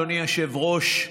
אדוני היושב-ראש,